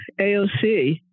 AOC